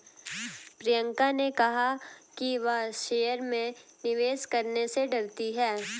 प्रियंका ने कहा कि वह शेयर में निवेश करने से डरती है